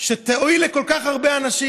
שתועיל לכל כך הרבה אנשים.